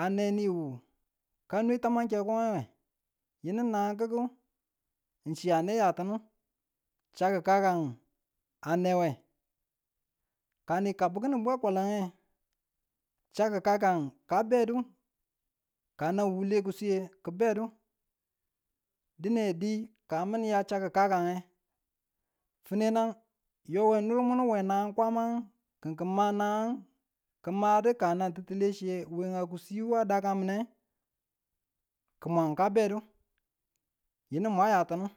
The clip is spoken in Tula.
a ne niwu ka nwe tamang keku ko we yinu nanagkuku ng chi a ne yatinu chakukakang a newe. Ka ni kabubu kini kabu kinang bwakwalaneye, chakukakan ka bedu ka dan wule kisweye ki bedu dine di ka min ng ya chkukakange finenang yuwe nurmuna we nangang kwama kin ki ma nagang ki madu ka nan tittile chiye, we a kuswe wu a dakamune, ki mwan ka bedu yinu mwa ya tunu.